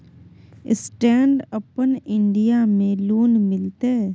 Stand up India में loan मिलते?